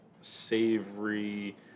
savory